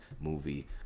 movie